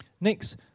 Next